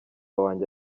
wanjye